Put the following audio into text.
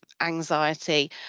anxiety